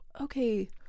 okay